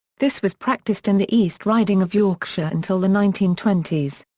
this was practised in the east riding of yorkshire until the nineteen twenty s.